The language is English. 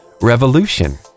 Revolution